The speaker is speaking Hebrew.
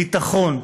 ביטחון.